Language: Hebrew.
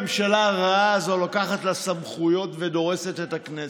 הממשלה הרעה הזאת לוקחת לה סמכויות ודורסת את הכנסת.